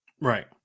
Right